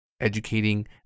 educating